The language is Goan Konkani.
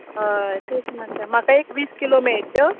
हय तेंच म्हणटा म्हाका एक वीस किलो मेळटल्यो